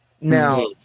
Now